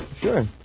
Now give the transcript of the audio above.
Sure